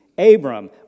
Abram